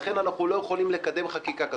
ולכן אנחנו לא יכולים לקדם חקיקה כזו.